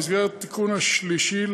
במסגרת התיקון השלישי,